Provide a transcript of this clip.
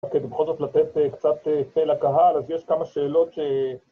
כן, בכל זאת לתת קצת פה לקהל, אז יש כמה שאלות ש...